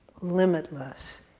limitless